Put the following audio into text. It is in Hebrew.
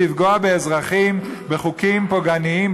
לפגוע באזרחים בחוקים פוגעניים,